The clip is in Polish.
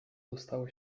dostało